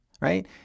right